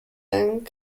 and